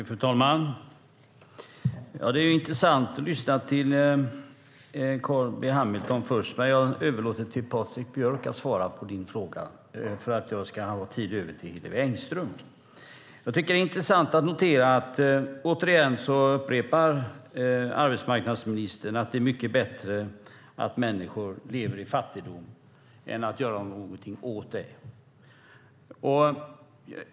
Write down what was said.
Fru talman! Det är intressant att lyssna till Carl B Hamilton, men jag överlåter till Patrik Björck att svara på hans fråga så att jag ska ha tid över till Hillevi Engström. Det är intressant att notera att arbetsmarknadsministern upprepar att det är mycket bättre att människor lever i fattigdom än att göra något åt den.